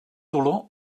dolor